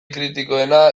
kritikoena